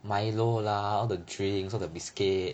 Milo lah all the training so the biscuit